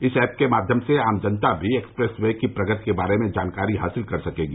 इस एप के माध्यम से आम जनता भी एक्सप्रेस वे की प्रगति के बारे में जानकारी हासिल कर सकेगी